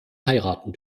heiraten